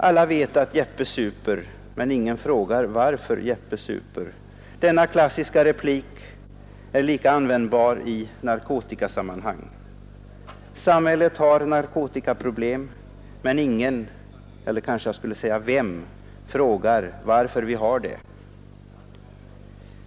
Alla vet att Jeppe super, men ingen frågar varför Jeppe super — denna klassiska replik är lika användbar i narkotikasammanhang. Samhället har narkotikaproblem, men vem frågar varför vi har det?